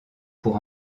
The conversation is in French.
pour